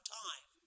time